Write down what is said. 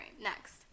Next